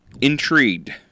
Intrigued